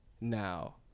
now